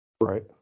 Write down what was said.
Right